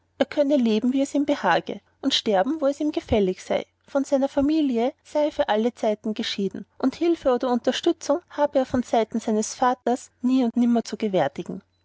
er könne leben wie es ihm behage und sterben wo es ihm gefällig sei von seiner familie sei er für alle zeiten geschieden und hilfe oder unterstützung habe er von seiten seines vaters nie und nimmer zu gewärtigen